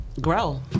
grow